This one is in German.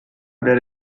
werde